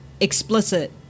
explicit